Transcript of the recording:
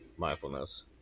mindfulness